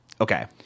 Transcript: Okay